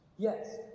Yes